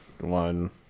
one